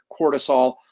cortisol